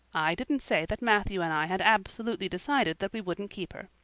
i didn't say that matthew and i had absolutely decided that we wouldn't keep her.